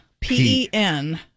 P-E-N